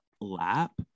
lap